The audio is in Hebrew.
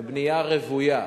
בבנייה רוויה,